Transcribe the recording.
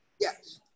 Yes